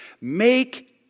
make